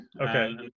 okay